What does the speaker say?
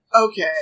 Okay